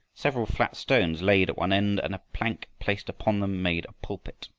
several flat stones laid at one end and a plank placed upon them made a pulpit.